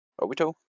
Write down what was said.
Obito